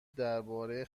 درباره